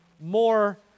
more